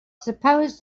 suppose